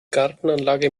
gartenanlage